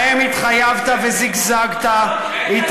שבהם התחייבת וזגזגת, שקר.